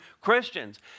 Christians